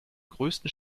größten